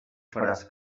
faràs